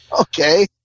Okay